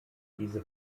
diese